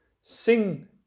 sing